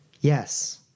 yes